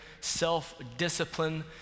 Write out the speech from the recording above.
self-discipline